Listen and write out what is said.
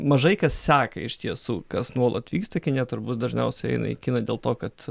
mažai kas seka iš tiesų kas nuolat vyksta kine turbūt dažniausiai eina į kiną dėl to kad